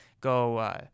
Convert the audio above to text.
Go